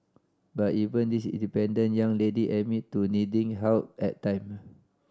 but even this independent young lady admit to needing help at time